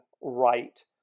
right